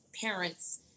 parents